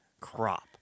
crop